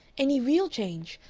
any real change,